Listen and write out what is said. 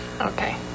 okay